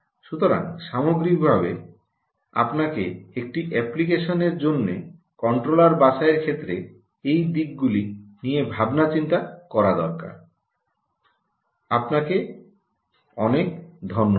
সুতরাং সামগ্রিকভাবে আপনাকে একটি অ্যাপ্লিকেশনের জন্য কন্ট্রোলার বাছাইয়ের ক্ষেত্রে এই দিকগুলো নিয়ে ভাবনা চিন্তা করা দরকার